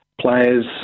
players